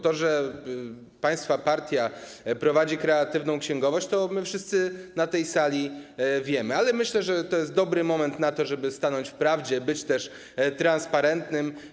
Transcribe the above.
To, że państwa partia prowadzi kreatywną księgowość, to my wszyscy na tej sali wiemy, ale myślę, że to jest dobry moment na to, żeby stanąć w prawdzie, aby być transparentnym.